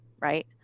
right